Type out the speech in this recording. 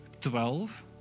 Twelve